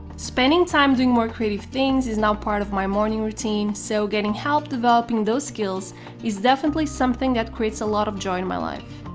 spending time doing more creative things is now part of my morning routine so getting help developing those skills is definitely something that creates a lot of joy in my life.